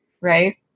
right